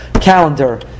calendar